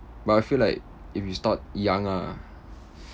but I feel like if you start young ah